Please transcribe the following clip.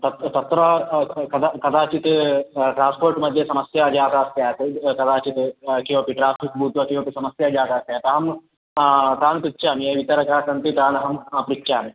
तत् तत्र कदाचित् ट्रास्पोर्ट् मध्ये समस्या जाता स्यात् कदाचित् किमपि ट्राफ़िक् भूत्वा समस्या जाता स्यात् अहं तान् पृच्छामि ये वितरकाः सन्ति तान् अहं पृच्छामि